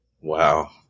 Wow